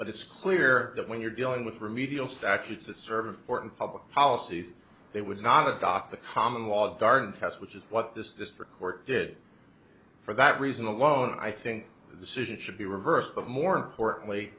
but it's clear that when you're dealing with remedial statutes that serve important public policies there was not a dock the common law garden test which is what this district court did for that reason alone i think the city should be reversed but more importantly